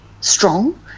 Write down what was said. strong